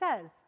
says